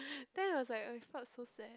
then it was like I felt so sad